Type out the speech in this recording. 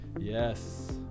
Yes